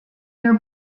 your